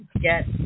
get